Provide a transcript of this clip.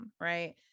right